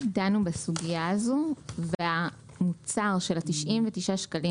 דנו בסוגיה הזאת והמוצר של ה-99 שקלים